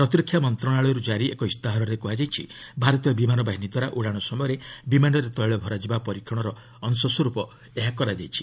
ପ୍ରତିରକ୍ଷା ମନ୍ତ୍ରଣାଳୟର୍ ଜାରି ଏକ ଇସ୍ତାହାରରେ କୁହାଯାଇଛି ଭାରତୀୟ ବିମାନ ବାହିନୀ ଦ୍ୱାରା ଉଡ଼ାଣ ସମୟରେ ବିମାନରେ ତେିଳ ଭରାଯିବା ପରୀକ୍ଷଣର ଅଂଶସ୍ୱରୂପ ଏହା କରାଯାଇଛି